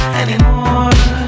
anymore